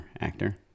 actor